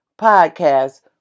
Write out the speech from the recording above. podcast